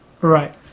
right